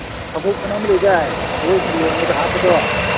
ꯁꯃꯨꯛ ꯍꯥꯏꯅ ꯑꯃ ꯂꯩꯗꯥꯏ ꯂꯨꯍꯣꯡꯕꯗ ꯍꯥꯞꯄꯗꯣ